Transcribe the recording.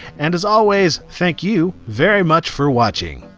and, as always, thank you very much for watching!